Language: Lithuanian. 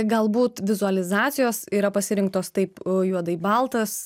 galbūt vizualizacijos yra pasirinktos taip juodai baltas